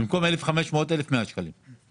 במקום 1,500 שקלים זה